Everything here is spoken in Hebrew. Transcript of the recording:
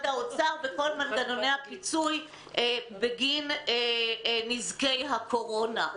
האוצר וכל מנגנוני הפיצוי בגין נזקי הקורונה.